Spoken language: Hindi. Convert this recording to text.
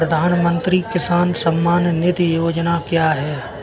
प्रधानमंत्री किसान सम्मान निधि योजना क्या है?